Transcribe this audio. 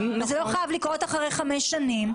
זה לא חייב לקרות אחרי חמש שנים.